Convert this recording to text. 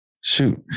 shoot